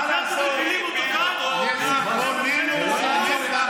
מה לעשות שזיכרוננו עומד לנו.